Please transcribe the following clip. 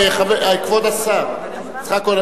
כבוד השר יצחק כהן,